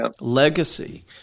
Legacy